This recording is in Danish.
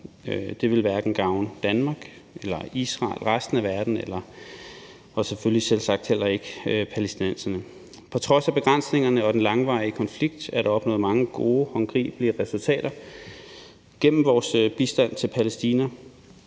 Det ville hverken gavne Danmark eller Israel eller resten af verden og selvfølgelig selvsagt heller ikke palæstinenserne. På trods af begrænsningerne og den langvarige konflikt er der opnået mange gode, håndgribelige resultater gennem vores bistand til Palæstina.